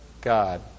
God